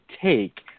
take